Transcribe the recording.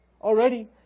Already